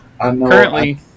Currently